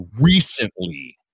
recently